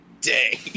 day